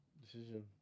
Decision